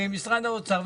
ממשרד האוצר,